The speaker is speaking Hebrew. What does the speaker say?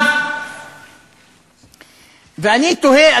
ואני תוהה,